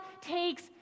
takes